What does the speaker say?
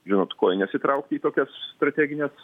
žinot kojines įtraukti į tokias strategines